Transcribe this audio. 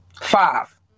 Five